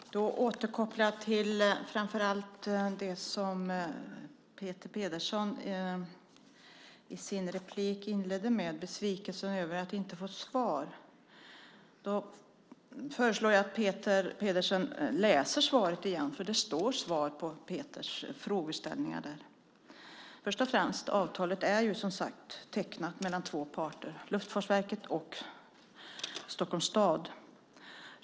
Herr talman! Då återkopplar jag till framför allt det som Peter Pedersen inledde med i sin replik, besvikelsen över att inte få svar. Jag föreslår att Peter Pedersen läser svaret igen, för där står svar på Peters frågeställningar. Först och främst är avtalet, som sagt, tecknat mellan två parter, Luftfartsverket och Stockholms stad.